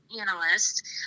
analyst